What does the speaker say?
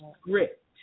script